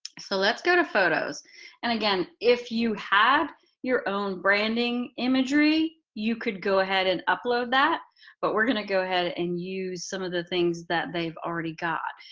so let's go to photos and, again, if you had your own branding imagery you could go ahead and upload that but we're going to go ahead and use some of the things that they've already got.